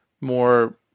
more